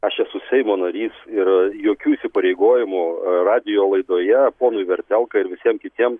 aš esu seimo narys ir jokių įsipareigojimų radijo laidoje ponui vertelkai ir visiem kitiem